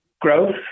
growth